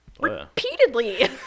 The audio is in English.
Repeatedly